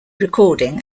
recording